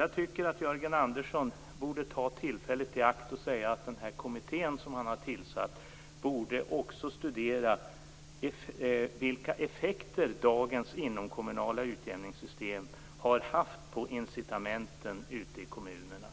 Jag tycker att Jörgen Andersson borde ta tillfället i akt och säga att den kommitté som han har tillsatt också borde studera vilka effekter dagens inomkommunala utjämningssystem har haft på incitamenten ute i kommunerna.